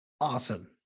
Awesome